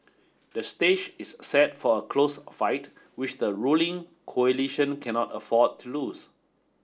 the stage is set for a close fight which the ruling coalition cannot afford to lose